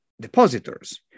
depositors